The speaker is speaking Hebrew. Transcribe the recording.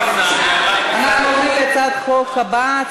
אנחנו עוברים להצעת החוק הבאה,